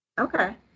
okay